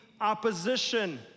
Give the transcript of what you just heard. opposition